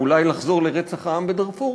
או אולי לחזור לרצח העם בדארפור,